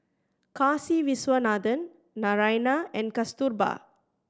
Kasiviswanathan Naraina and Kasturba